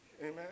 Amen